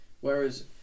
Whereas